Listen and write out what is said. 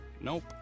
Nope